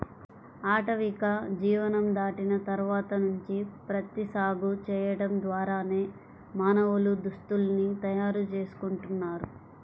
ఆటవిక జీవనం దాటిన తర్వాత నుంచి ప్రత్తి సాగు చేయడం ద్వారానే మానవులు దుస్తుల్ని తయారు చేసుకుంటున్నారు